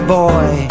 boy